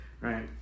right